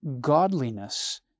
godliness